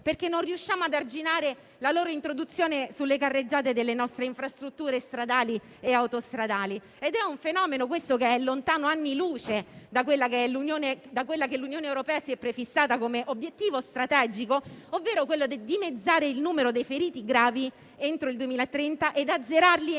perché non riusciamo ad arginare la loro introduzione sulle carreggiate delle nostre infrastrutture stradali e autostradali. È un fenomeno lontano anni luce da quello che l'Unione europea si è prefissato come obiettivo strategico, ovvero quello di dimezzare il numero dei feriti gravi entro il 2030 e di azzerarlo entro